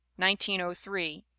1903